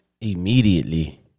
Immediately